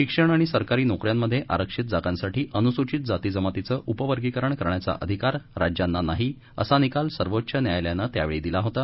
शिक्षण आणि सरकारी नोकऱ्यांमध्ये आरक्षित जागांसाठी अनुसूचित जाती जमातीचं उपवर्गीकरणं करण्याचा अधिकार राज्याना नाही असा निकाल सर्वोच्च न्यायालयानं त्यावेळी दिला होता